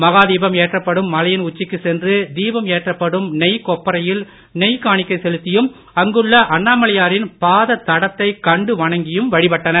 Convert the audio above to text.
மகா தீபம் ஏற்றப்படும் மலையின் உச்சிக்கு சென்று தீபம் எற்றப்படும் நெய் கொப்பறையில் நெய் காணிக்கை செலுத்தியும் அங்குள்ள அண்ணாமலையாரின் பாத தடத்தை கண்டு வணங்கி வழிப்பட்டனர்